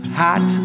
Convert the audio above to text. hot